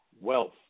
wealth